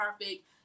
perfect